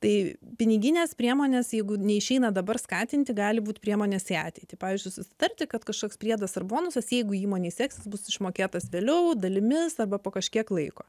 tai piniginės priemonės jeigu neišeina dabar skatinti gali būt priemonės į ateitį pavyzdžiui susitarti kad kažkoks priedas ar bonusas jeigu įmonei seksis bus išmokėtas vėliau dalimis arba po kažkiek laiko